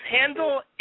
handle